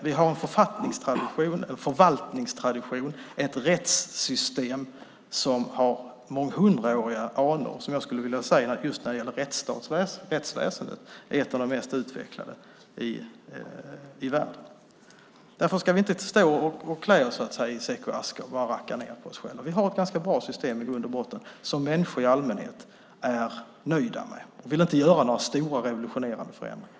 Vi har en författningstradition, en förvaltningstradition, ett rättssystem med månghundraåriga anor som jag skulle vilja säga är ett av de mest utvecklade i världen när det gäller rättsväsendet. Därför ska vi inte klä oss i säck och aska och racka ned på oss själva. Vi har i grund och botten ett ganska bra system som människor i allmänhet är nöjda med. De vill inte göra några stora och revolutionerande förändringar.